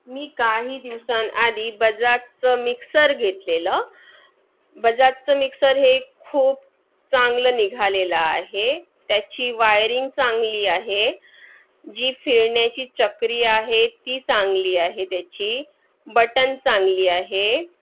मी काही दिवसांआधी बजाजचं मिक्सर घेतलेलं बजाजचं मिक्सर हे खूप चांगलं निघालेलं आहे त्याची वायरिंग चांगली आहे जी फिरण्याची चकरी आहे ती चांगली आहे त्याची बटन चांगली आहे